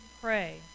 pray